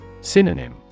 Synonym